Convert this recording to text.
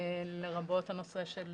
לרבות הנושא של